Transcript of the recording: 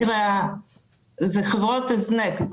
אלה חברות הזנק.